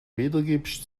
wiedergibst